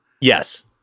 Yes